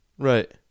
Right